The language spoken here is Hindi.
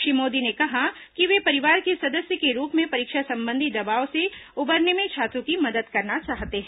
श्री मोदी ने कहा कि वे परिवार के सदस्य के रूप में परीक्षा संबंधी दबाव से उबरने में छात्रों की मदद करना चाहते हैं